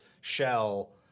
shell